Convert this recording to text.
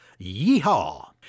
Yeehaw